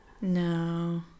No